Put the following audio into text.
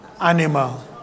animal